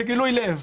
זה גילוי לב.